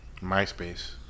Myspace